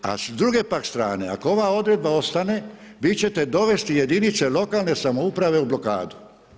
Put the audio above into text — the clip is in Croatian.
A s druge pak strane ako ova odredba ostane vi ćete dovesti jedinice lokalne samouprave u blokadu.